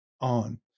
on